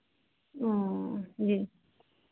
ओ जी